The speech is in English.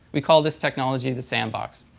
we call this technology the sandbox.